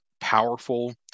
powerful